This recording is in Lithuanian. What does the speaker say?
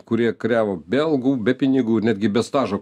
kurie kariavo belgų be pinigų netgi be stažo